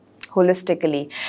holistically